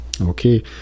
Okay